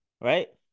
right